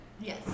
Yes